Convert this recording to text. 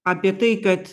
apie tai kad